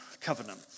covenant